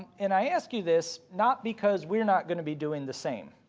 and i ask you this not because we're not going to be doing the same.